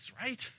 right